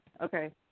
Okay